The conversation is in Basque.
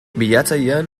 bilatzailean